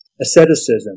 asceticism